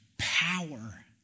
power